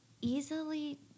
easily